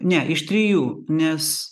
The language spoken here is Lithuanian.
ne iš trijų nes